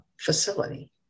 facility